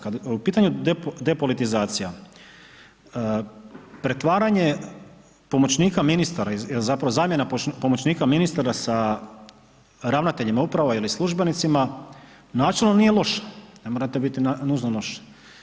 Kad je u pitanju depolitizacija, pretvaranje pomoćnika ministara, zapravo zamjena pomoćnika ministara sa ravnateljima uprava ili službenicima načelno nije loša, ne mora biti nužno loša.